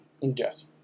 Yes